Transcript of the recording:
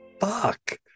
fuck